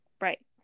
Right